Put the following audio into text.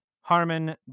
Harmon